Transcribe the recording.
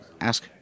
ask